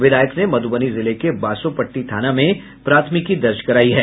विधायक ने मधुबनी जिले के बासोपट़टी थाना में प्राथमिकी दर्ज करायी है